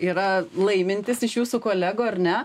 yra laimintys iš jūsų kolegų ar ne